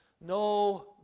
no